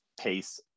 pace